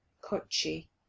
kochi